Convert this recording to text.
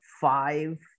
five